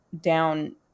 down